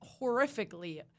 horrifically